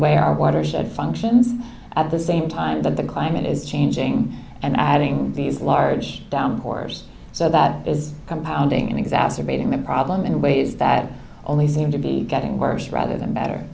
way our watershed functions at the same time that the climate is changing and adding these large downpours so that is compounding and exacerbating the problem in ways that only seem to be getting worse rather than better